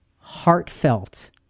heartfelt